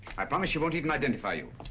i promise she won't even identify you.